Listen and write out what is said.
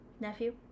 Nephew